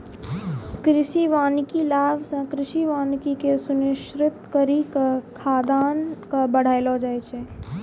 कृषि वानिकी लाभ से कृषि वानिकी के सुनिश्रित करी के खाद्यान्न के बड़ैलो जाय छै